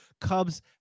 Cubs